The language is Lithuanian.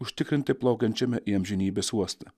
užtikrintai plaukiančiame į amžinybės uostą